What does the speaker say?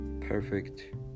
perfect